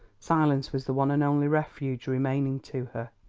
silence was the one and only refuge remaining to her.